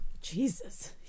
Jesus